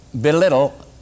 belittle